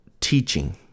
teaching